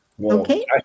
Okay